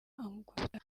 amukubita